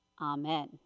Amen